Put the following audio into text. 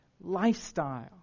lifestyle